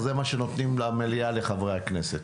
זה מה שנותנים למליאה לחברי הכנסת.